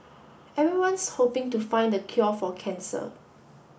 everyone's hoping to find the cure for cancer